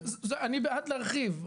ואני בעד להרחיב,